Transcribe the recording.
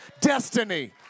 destiny